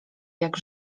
jak